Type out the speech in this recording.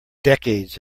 decades